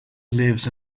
lives